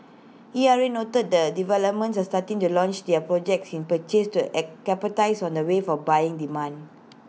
E R A noted that developments are starting to launch their projects in purchase to capitalise on the wave of buying demand